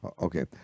Okay